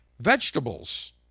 vegetables